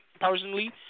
personally